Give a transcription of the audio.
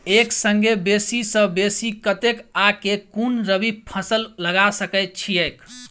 एक संगे बेसी सऽ बेसी कतेक आ केँ कुन रबी फसल लगा सकै छियैक?